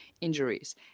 injuries